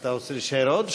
אתה רוצה להישאר עוד?